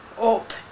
up